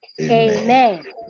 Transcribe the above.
Amen